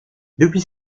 depuis